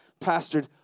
pastored